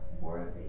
worthy